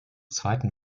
zweiten